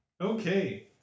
Okay